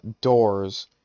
doors